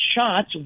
shots